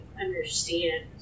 understand